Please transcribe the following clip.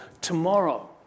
tomorrow